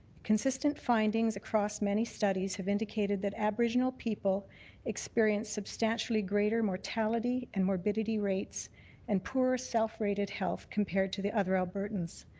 consistent findings across many studies have indicated that aboriginal people experienced substantially greater mortality and morbidity rates and poorer self-rated health compared to other albertans.